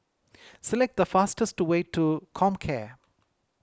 select the fastest way to Comcare